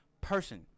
person